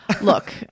Look